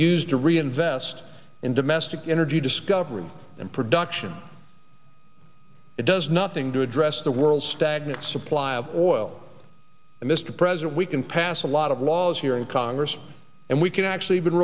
used to reinvest in domestic energy discovery and production it does nothing to address the world's stagnant supply of oil mr president we can pass a lot of laws here in congress and we can actually even